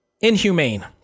inhumane